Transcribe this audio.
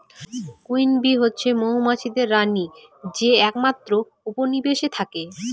queen bee হচ্ছে মৌমাছিদের রানী যে একমাত্র উপনিবেশে থাকে